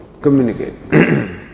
communicate